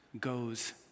goes